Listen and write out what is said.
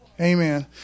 Amen